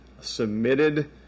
submitted